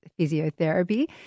Physiotherapy